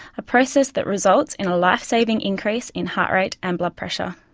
a process that results in a lifesaving increase in heart rate and blood pressure.